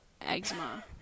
eczema